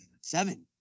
Seven